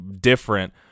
different